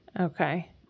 Okay